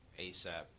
asap